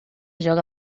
joga